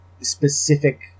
specific